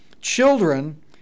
children